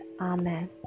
Amen